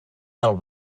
del